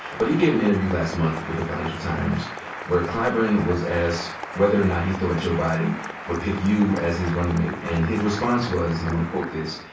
but he gave an interview last month with the financial times where clyburn was asked whether or not he thought joe biden would pick you as his running mate. and his response was, and i want to quote this,